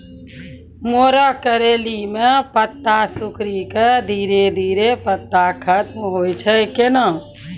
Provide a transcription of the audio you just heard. मरो करैली म पत्ता सिकुड़ी के धीरे धीरे पत्ता खत्म होय छै कैनै?